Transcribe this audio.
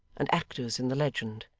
and actors in the legend.